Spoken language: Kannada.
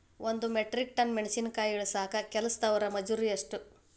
ಒಂದ್ ಮೆಟ್ರಿಕ್ ಟನ್ ಮೆಣಸಿನಕಾಯಿ ಇಳಸಾಕ್ ಕೆಲಸ್ದವರ ಮಜೂರಿ ಎಷ್ಟ?